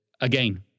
Again